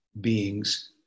beings